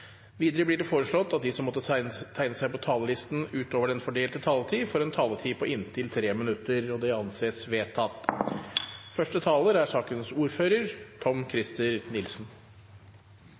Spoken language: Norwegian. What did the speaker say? Videre blir det foreslått at de som måtte tegne seg på talerlisten utover den fordelte taletid, får en taletid på inntil 3 minutter. – Det anses vedtatt.